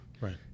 Right